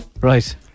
Right